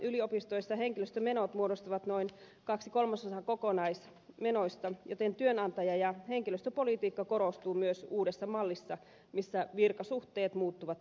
yliopistoissa henkilöstömenot muodostavat noin kaksi kolmasosaa kokonaismenoista joten työnantaja ja henkilöstöpolitiikka korostuu myös uudessa mallissa missä virkasuhteet muuttuvat työsuhteiksi